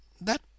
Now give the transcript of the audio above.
That